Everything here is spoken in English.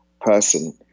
person